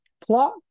plot